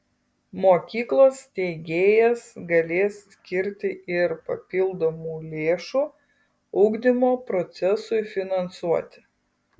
mokyklos steigėjas galės skirti ir papildomų lėšų ugdymo procesui finansuoti